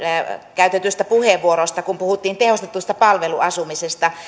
käytettyyn puheenvuoroon kun puhuttiin tehostetusta palveluasumisesta